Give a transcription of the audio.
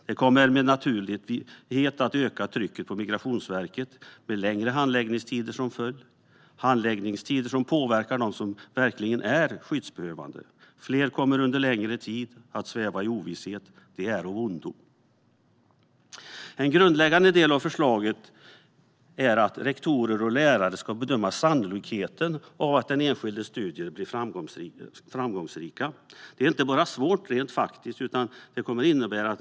Det kommer helt naturligt att öka trycket på Migrationsverket, med längre handläggningstider som följd. Det är handläggningstider som påverkar dem som verkligen är skyddsbehövande. Fler kommer att sväva i ovisshet under en längre tid. Det är av ondo. En grundläggande del i detta förslag är att rektorer och lärare ska bedöma sannolikheten för att den enskildes studier kommer att bli framgångsrika. Det är svårt, inte bara rent faktiskt.